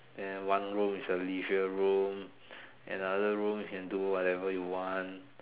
then one room is a leisure room another room you can do whatever you want